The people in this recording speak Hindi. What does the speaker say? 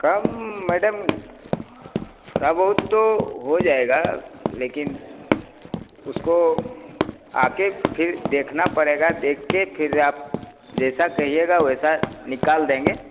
कम मैडम थोड़ा बहुत तो हो जाएगा लेकिन उसको आकर फिर देखना पड़ेगा देखकर फिर आप जैसा कहिएगा वैसा निकाल देंगे